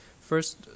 First